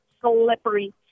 slippery